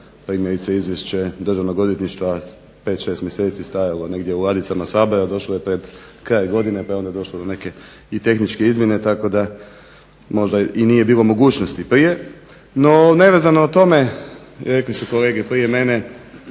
primjerice Izvješće Državnog odvjetništva je 5, 6 mjeseci stajalo negdje u ladicama Sabora, došlo je pred kraj godine pa je onda došlo do neke i tehničke izmjene tako da možda i nije bilo mogućnosti prije. No nevezano o tome, rekli su kolege prije mene,